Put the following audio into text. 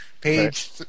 Page